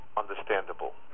understandable